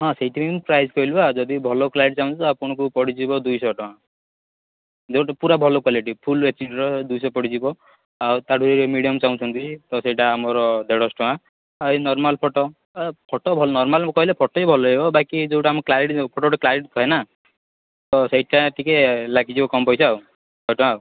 ହଁ ସେଇଥିପାଇଁ ମୁଁ ପ୍ରାଇସ୍ କହିଲି ବା ଯଦି ଭଲ କ୍ଲାରିଟି ଚାହୁଁଛନ୍ତି ତ ଆପଣଙ୍କୁ ପଡ଼ିଯିବ ଦୁଇଶହ ଟଙ୍କା ଯେଉଁଟା ପୁରା ଭଲ କ୍ଵାଲିଟି ଫୁଲ୍ ଏଚ୍ଡ଼ିର ଦୁଇଶହ ପଡ଼ିଯିବ ଆଉ ତା'ଠୁ ଯଦି ମିଡ଼ିଅମ୍ ଚାହୁଁଛନ୍ତି ତ ସେଇଟା ଆମର ଦେଢ଼ଶହ ଟଙ୍କା ଆଉ ଏଇ ନର୍ମାଲ୍ ଫୋଟ ଫୋଟ ଭଲ ନର୍ମାଲ୍ କହିଲେ ଫୋଟ ବି ଭଲ ରହିବ ବାକି ଯେଉଁଟା ଆମ କ୍ଲାରିଟି ନୁହଁ ଫଟୋର ଗୋଟେ କ୍ଲାରିଟି ଥାଏ ନା ତ ସେଇଟା ଟିକିଏ ଲାଗିଯିବ କମ୍ ପଇସା ଆଉ ଶହେ ଟଙ୍କା ଆଉ